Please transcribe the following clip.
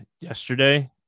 yesterday